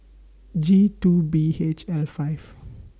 G two B H L five